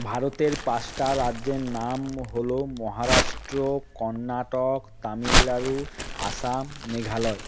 ভারতের পাঁচটা রাজ্যের নাম হলো মহারাষ্ট্র কর্ণাটক তামিলনাড়ু আসাম মেঘালয়